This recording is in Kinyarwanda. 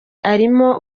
arimo